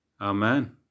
Amen